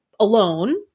alone